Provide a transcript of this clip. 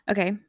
Okay